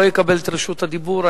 לא יקבל את רשות הדיבור.